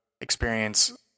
experience